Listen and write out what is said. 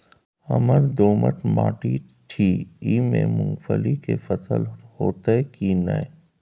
हमर दोमट माटी छी ई में मूंगफली के फसल होतय की नय?